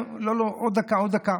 לא, לא, עוד דקה, עוד דקה.